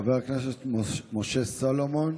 חבר הכנסת משה סולומון,